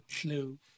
clue